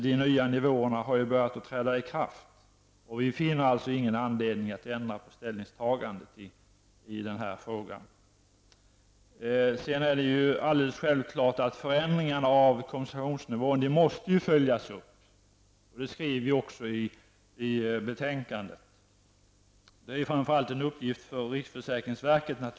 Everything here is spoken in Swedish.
De nya nivåerna har nu börjat träda i kraft. Vi har ingen anledning att ändra vårt ställningstagande i frågan. Det är alldeles självklart att förändringarna i kompensationsnivån måste följas upp, vilket vi också kräver i betänkandet. Det är framför allt en uppgift för riksförsäkringsverket.